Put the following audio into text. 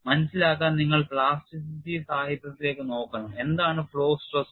മനസിലാക്കാൻ നിങ്ങൾ പ്ലാസ്റ്റിറ്റി സാഹിത്യത്തിലേക്ക് നോക്കണം എന്താണ് ഫ്ലോ സ്ട്രെസ്